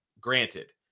Granted